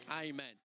Amen